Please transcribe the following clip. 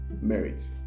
merit